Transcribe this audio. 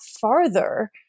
farther